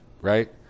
right